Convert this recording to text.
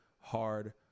hard